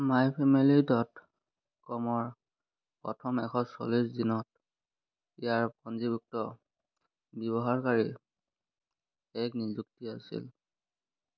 মাইফেমিলীডটকমৰ প্ৰথম এশ চল্লিছ দিনত ইয়াৰ পঞ্জীভুক্ত ব্যৱহাৰকাৰী এক নিযুত আছিল